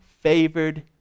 favored